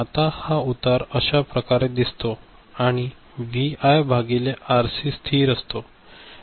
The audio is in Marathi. आता हा उतार अश्या प्रकारे दिसतो आणि व्हीआय भागिले आरसी स्थिर असतो